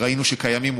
ראינו שקיימים,